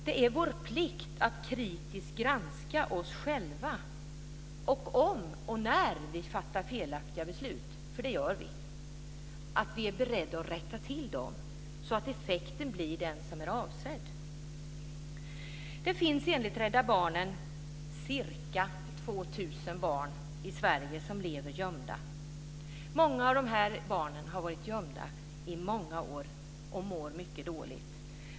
Det är vår plikt att kritiskt granska oss själva och om och när vi fattar felaktiga beslut - för det gör vi - vara beredda att rätta till dem så att effekten blir den som är avsedd. Det finns enligt Rädda Barnen ca 2 000 barn i Sverige som lever gömda. Många av de här barnen har varit gömda i många år, och de mår mycket dåligt.